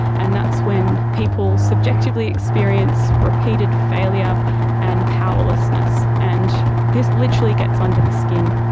and that's when people subjectively experience repeated failure and powerlessness. and this literally gets under the skin.